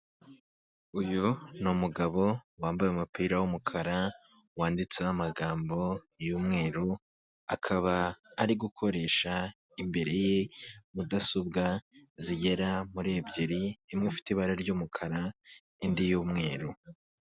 Uyu ni umugabo wambaye umupira w'umukara, wanditseho amagambo y'umweru, akaba ari gukoresha imbere ye, mudasobwa zigera muri ebyiri, imwe ifite ibara ry'umukara indi y'umweru.